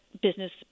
business